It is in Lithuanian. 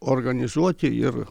organizuoti ir